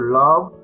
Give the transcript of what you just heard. love